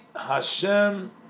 Hashem